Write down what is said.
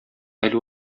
әле